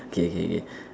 K K K